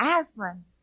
Aslan